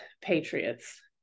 patriots